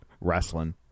wrestling